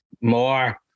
More